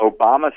Obama